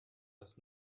das